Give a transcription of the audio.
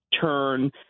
turn